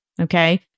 okay